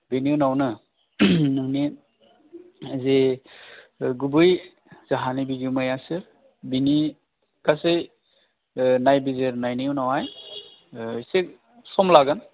बेनि उनावनो नोंनि जि गुबै जा हानि बिगोमाया सोर बेनि गासै नायबिजिरनायनि उनावहाय इसे सम लागोन